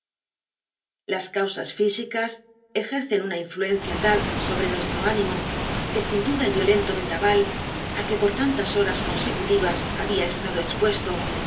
las causas fisicas ejetcen una influencia ta l sobre nuestro inimo que sin eluda el violento endabal ti que por tantas hotas consecutivas babia estado expuesto